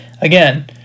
again